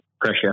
pressure